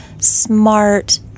smart